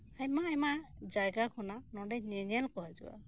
ᱟᱭᱢᱟ ᱟᱭᱢᱟ ᱡᱟᱭᱜᱟ ᱠᱷᱚᱱᱟᱜ ᱱᱚᱸᱰᱮ ᱧᱮᱧᱮᱞ ᱠᱚ ᱦᱤᱡᱩᱜᱼᱟ